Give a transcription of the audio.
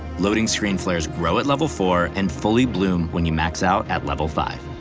loading screen flairs grow at level four and fully bloom when you max out at level five.